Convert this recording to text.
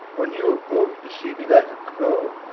when you above perceive me like a crow,